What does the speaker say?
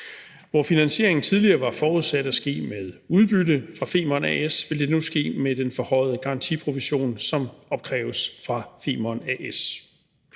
Hvor finansieringen tidligere var forudsat at ske med udbytte fra Femern A/S, vil den nu ske med den forhøjede garantiprovision, som opkræves fra Femern A/S.